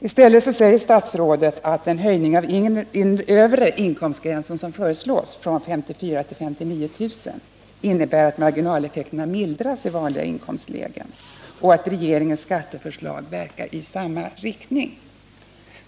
I stället säger statsrådet: ”Den höjning av den övre inkomstgränsen som föreslås” — från 54 000 till 59 000 kr.—- innebär att marginaleffekterna mildras i vanliga inkomstlägen” och att regeringens skatteförslag verkar i samma riktning.